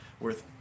worth